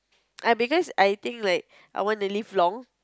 ah because I think like I want to live long